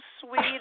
sweet